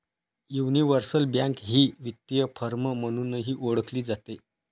universal bank ही वित्तीय firm म्हणूनही ओळखली जाते